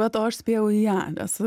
supratau aš spėjau į ją nes